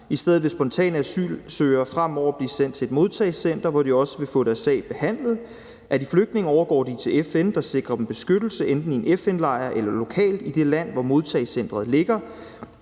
I stedet vil spontane asylansøgere fremover blive sendt til et modtagecenter, hvor de også vil få deres sag behandlet. Er de flygtninge overgår de til FN, der sikrer dem beskyttelse enten i en FN-lejr eller lokalt i det land, hvor modtagecentret ligger.